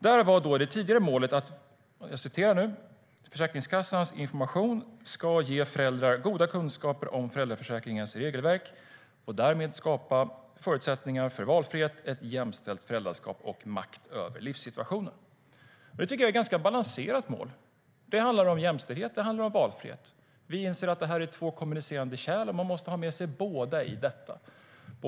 Där var det tidigare målet:Det tycker jag är ett ganska balanserat mål. Det handlar om jämställdhet. Det handlar om valfrihet. Vi inser att det är två kommunicerande kärl, och man måste ha med sig båda i detta.